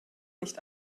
nicht